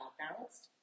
balanced